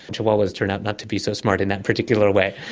chihuahuas turn out not to be so smart in that particular way.